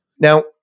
Now